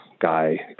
guy